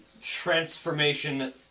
Transformation